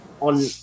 on